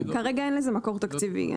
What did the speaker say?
כרגע אין לזה מקור תקציבי.